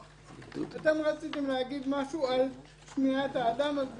ואתם רציתם להגיד משהו על שמיעת האדם אז בבקשה,